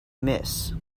miss